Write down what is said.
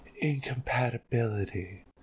incompatibility